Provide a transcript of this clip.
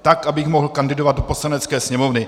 Tak abych mohl kandidovat do Poslanecké sněmovny.